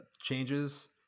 changes